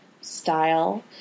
style